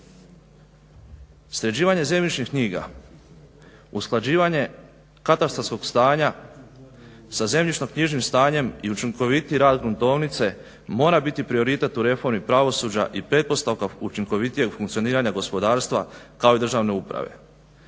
Sređivanje zemljišnih knjiga, usklađivanje katastarskog stanja sa zemljišno-knjižnim stanjem i učinkovitiji rad gruntovnice mora biti prioritet u reformi pravosuđa i pretpostavka učinkovitijeg funkcioniranja gospodarstva kao i državne uprave.